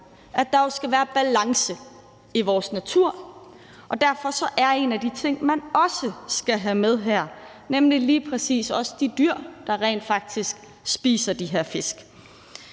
at der skal være balance i vores natur, og derfor er en af de ting, man også skal have med her, lige præcis også de dyr, der rent faktisk spiser de her fisk.